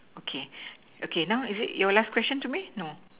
okay okay now is it your last question to me no